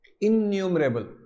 innumerable